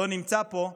לא נמצא פה.